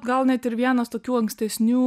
gal net ir vienas tokių ankstesnių